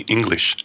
English